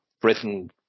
Britain